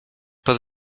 pod